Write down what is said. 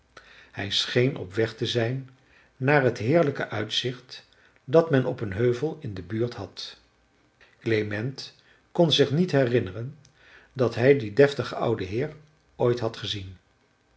hij scheen op weg te zijn naar het heerlijke uitzicht dat men op een heuvel in de buurt had klement kon zich niet herinneren dat hij dien deftigen ouden heer ooit had gezien